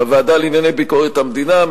בוועדה לענייני ביקורת המדינה,